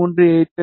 38 மி